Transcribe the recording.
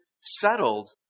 settled